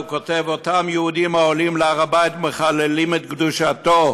והוא כותב: אותם יהודים העולים להר הבית מחללים את קדושתו,